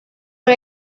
por